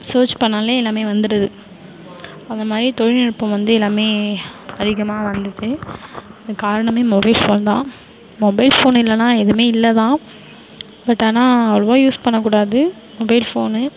search பண்ணாலே எல்லாமே வந்துருது அதை மாதிரி தொழில்நுட்பம் வந்து எல்லாமே அதிகமாக வந்துச்சி இத் காரணமே மொபைல் ஃபோன் தான் மொபைல் ஃபோன் இல்லைன்னா எதுவுமே இல்லை தான் பட் ஆனால் அவ்வளோவா யூஸ் பண்ணக்கூடாது மொபைல் ஃபோன்னு